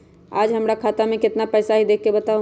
आज हमरा खाता में केतना पैसा हई देख के बताउ?